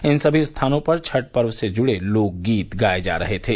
इन सभी स्थानों पर छठ पर्व से जुड़े लोक गीत गाये जा रहे थे